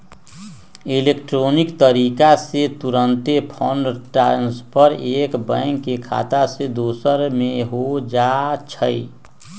electronic तरीका से तूरंते फंड ट्रांसफर एक बैंक के खता से दोसर में हो जाइ छइ